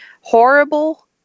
horrible